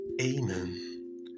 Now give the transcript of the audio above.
Amen